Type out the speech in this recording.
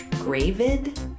Gravid